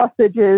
sausages